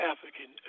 African